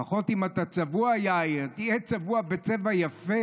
לפחות, אם אתה צבוע, יאיר, תהיה צבוע בצבע יפה.